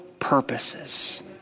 purposes